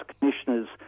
commissioners